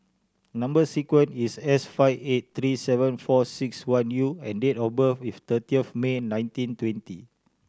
number sequence is S five eight three seven four six one U and date of birth is thirtieth May nineteen twenty